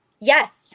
Yes